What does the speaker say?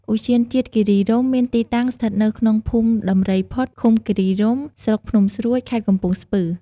ឧទ្យានជាតិគិរីរម្យមានទីតាំងស្ថិតនៅក្នុង ភូមិដំរីផុត ឃំុគិរីរម្យ ស្រុកភ្នំស្រួច ខេត្តកំពង់ស្ពឺ។